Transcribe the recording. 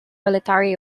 military